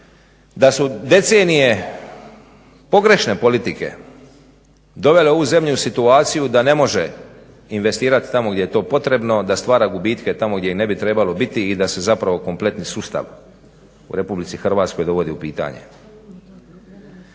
da su decenije pogrešne politike dovele ovu zemlju u situaciju da ne može investirati tamo gdje je to potrebno, da stvara gubitke tamo gdje ih ne bi trebalo biti i da se zapravo kompletni sustav u Republici Hrvatskoj dovodi u pitanje.